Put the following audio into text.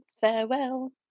farewell